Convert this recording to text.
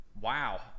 Wow